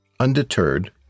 Undeterred